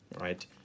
right